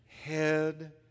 Head